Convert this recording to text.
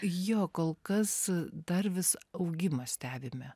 jo kol kas dar vis augimą stebime